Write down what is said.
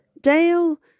Dale